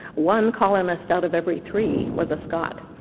one colonist out of every three, was a scot,